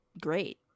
great